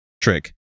trick